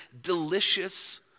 delicious